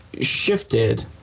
shifted